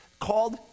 called